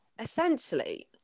essentially